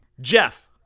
Jeff